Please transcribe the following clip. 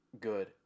good